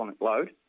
load